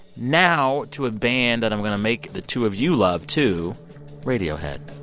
now to a band that i'm going to make the two of you love, too radiohead.